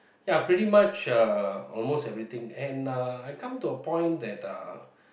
ya pretty much uh almost everything and uh I come to a point that uh